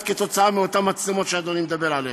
כתוצאה מאותן מצלמות שאדוני מדבר עליהן.